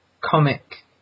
comic